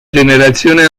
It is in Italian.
generazione